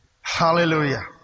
Hallelujah